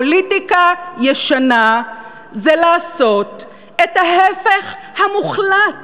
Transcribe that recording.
פוליטיקה ישנה זה לעשות את ההפך המוחלט,